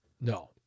No